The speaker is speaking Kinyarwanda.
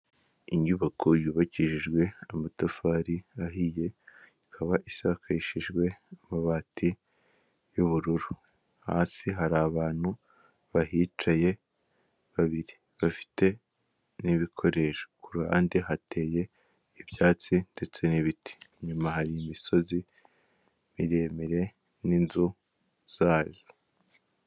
Inyubako yubakishijwe amatafari ahiye ikaba isakarishijwe amabati y'ubururu, hasi hari abantu bahicaye babiri bafite n'ibikoresho, ku ruhande hateye ibyatsi ndetse n'ibiti, inyuma hari imisozi miremire n'inzu zayo.